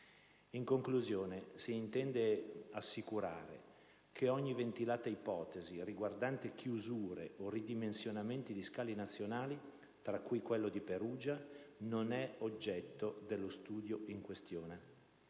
In conclusione, si intende assicurare che ogni ventilata ipotesi riguardante chiusure o ridimensionamenti di scali nazionali - tra cui quello di Perugia - non è oggetto dello studio in questione,